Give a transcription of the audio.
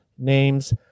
names